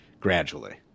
gradually